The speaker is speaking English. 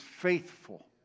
faithful